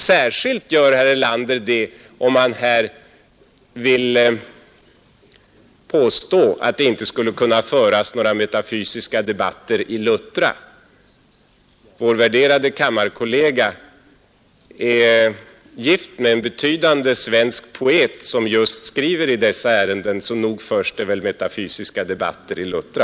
Särskilt gör herr Erlander det om han här vill påstå att det inte skulle kunna föras några metafysiska debatter i Luttra. Vår värderade kammarkollega är gift med en betydande svensk poet som just skriver i dessa ärenden, så nog förs det väl metafysiska debatter i Luttra.